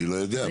אני לא יודע.